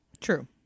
True